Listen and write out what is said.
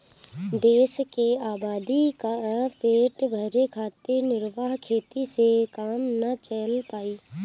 देश के आबादी क पेट भरे खातिर निर्वाह खेती से काम ना चल पाई